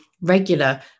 regular